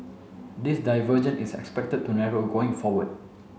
this divergence is expected to narrow going forward